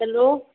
hello